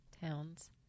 towns